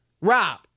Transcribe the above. Rob